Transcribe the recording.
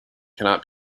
cannot